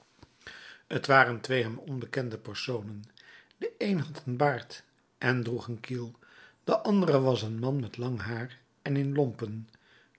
t waren twee hem onbekende personen de een had een baard en droeg een kiel de andere was een man met lang haar en in lompen